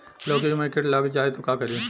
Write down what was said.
लौकी मे किट लग जाए तो का करी?